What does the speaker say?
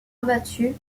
abattu